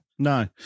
No